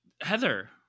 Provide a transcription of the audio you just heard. Heather